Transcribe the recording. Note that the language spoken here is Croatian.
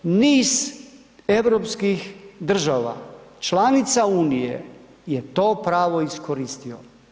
Niz europskih država članice Unije je to pravo iskoristio.